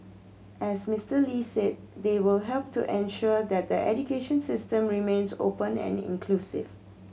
as Mister Lee said they will help to ensure that the education system remains open and inclusive